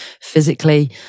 physically